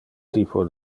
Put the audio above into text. typo